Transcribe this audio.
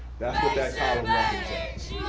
that's what that column represents.